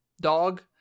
dog